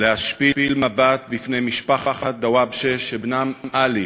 להשפיל מבט בפני משפחת דוואבשה, שבנם עלי,